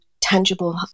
tangible